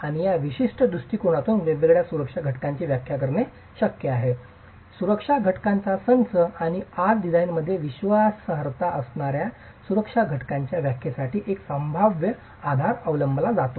आणि या विशिष्ट दृष्टिकोनातून वेगवेगळ्या सुरक्षा घटकांची व्याख्या करणे शक्य आहे सुरक्षा घटकांचा संच आणि आज डिझाइनमध्ये विश्वासार्हता आणणार्या सुरक्षा घटकांच्या व्याख्येसाठी एक संभाव्य आधार अवलंबला जातो